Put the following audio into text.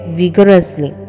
vigorously